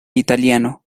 italiano